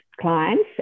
clients